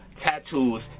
tattoos